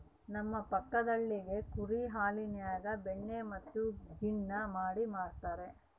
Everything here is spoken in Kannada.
ನಮ್ಮ ಪಕ್ಕದಳ್ಳಿಗ ಕುರಿ ಹಾಲಿನ್ಯಾಗ ಬೆಣ್ಣೆ ಮತ್ತೆ ಗಿಣ್ಣು ಮಾಡಿ ಮಾರ್ತರಾ